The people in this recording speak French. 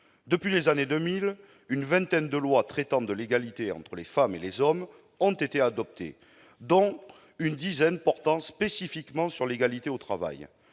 Depuis les années 2000, une vingtaine de lois traitant de l'égalité entre les femmes et les hommes ont été adoptées, dont une dizaine portaient spécifiquement sur l'égalité au travail.